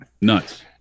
Nuts